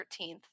13th